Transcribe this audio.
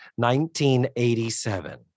1987